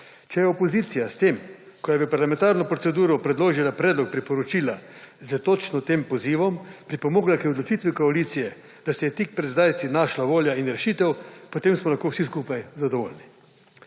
Če je opozicija s tem ko je v parlamentarno proceduro predložila predlog priporočila s točno tem pozivom pripomogla k odločitvi koalicije, da se je tik pred zdajci našla volja in rešitev, potem smo lahko vsi skupaj zadovoljni.